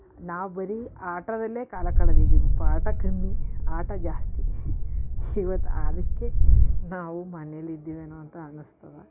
ನಾವು ಬರೀ ಆಟದಲ್ಲೆ ಕಾಲ ಕಳೆದಿದ್ದೆವು ಪಾಠ ಕಮ್ಮಿ ಆಟ ಜಾಸ್ತಿ ಇವತ್ತು ಅದಕ್ಕೆ ನಾವು ಮನೇಲಿದ್ದೀವೇನೊ ಅಂತ ಅನ್ನಿಸ್ತದ